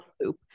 loop